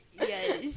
yes